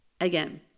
Again